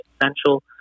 essential